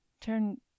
Turn